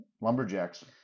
Lumberjacks